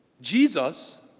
Jesus